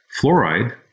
fluoride